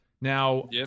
Now